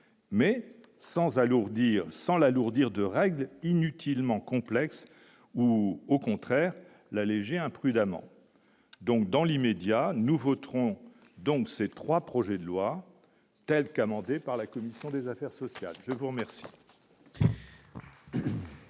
sans l'alourdir de règles inutilement complexes ou au contraire l'alléger imprudemment donc dans l'immédiat nous voterons donc ces 3 projets de loi telle qu'amendée par la commission des affaires sociales, je vous remercie.